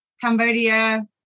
Cambodia